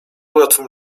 łatwym